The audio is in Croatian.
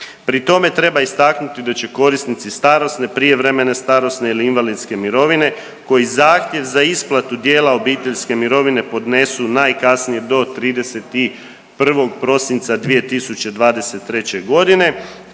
Pri tome treba istaknuti da će korisnici starosne, prijevremene starosne ili invalidske mirovine koji zahtjev za isplatu dijela obiteljske mirovine podnesu najkasnije do 31. prosinca 2023.g. dio